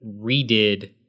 redid